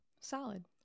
Solid